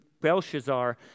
Belshazzar